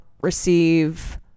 receive